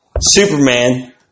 Superman